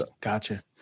Gotcha